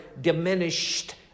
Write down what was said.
diminished